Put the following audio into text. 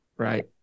Right